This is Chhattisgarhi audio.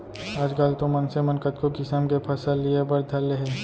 आजकाल तो मनसे मन कतको किसम के फसल लिये बर धर ले हें